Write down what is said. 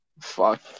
Fuck